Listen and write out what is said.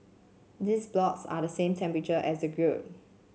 these blocks are the same temperature as the grill